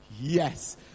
Yes